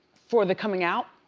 for the coming out.